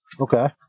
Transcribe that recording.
Okay